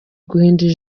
guhindura